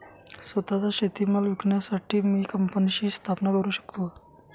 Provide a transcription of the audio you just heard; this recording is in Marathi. स्वत:चा शेतीमाल विकण्यासाठी मी कंपनीची स्थापना करु शकतो का?